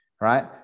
right